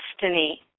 destiny